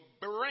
brain